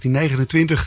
1929